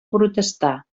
protestar